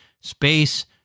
space